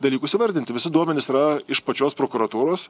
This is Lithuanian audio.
dalykus įvardinti visi duomenys yra iš pačios prokuratūros